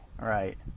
Right